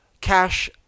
cash